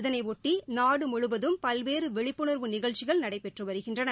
இதனையொட்டி நாடுமுழுவதும் பல்வேறுவிழிப்புணர்வு நிகழ்ச்சிகள் நடைபெற்றுவருகின்றன